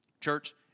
Church